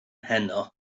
heno